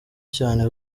cyane